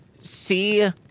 see